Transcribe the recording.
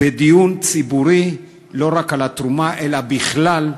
בדיון ציבורי, לא רק על התרומה, אלא בכלל,